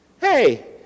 Hey